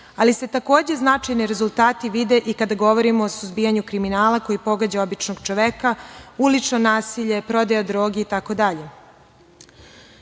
ali se takođe značajni rezultati vide i kada govorimo o suzbijanju kriminala koji pogađa običnog čoveka, ulično nasilje, prodaja droge itd. Ono